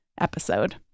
episode